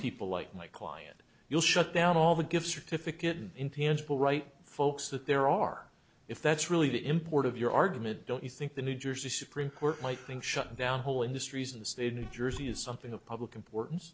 people like my client you'll shut down all the gift certificate intangible right folks that there are if that's really the import of your argument don't you think the new jersey supreme court might think shut down whole industries in jersey is something a public importan